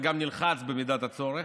וגם נלחץ במידת הצורך,